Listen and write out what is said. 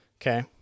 Okay